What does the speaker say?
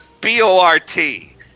B-O-R-T